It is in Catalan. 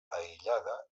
aïllada